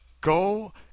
go